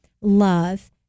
love